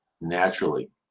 naturally